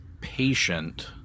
Patient